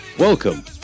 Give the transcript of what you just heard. Welcome